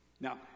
Now